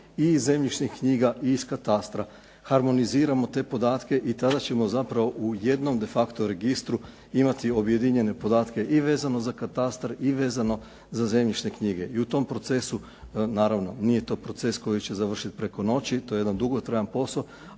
i iz zemljišnih knjiga i iz katastra. Harmoniziramo te podatke i tada ćemo zapravo u jednom de facto registru imati objedinjene podatke i vezano za katastar i vezano za zemljišne knjige i u tom procesu, naravno nije to proces koji će završiti preko noći, to je jedan dugotrajan posao,